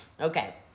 Okay